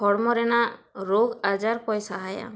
ᱦᱚᱲᱢᱚ ᱨᱮᱱᱟᱜ ᱨᱳᱜᱽ ᱟᱡᱟᱨ ᱯᱚᱭᱥᱟ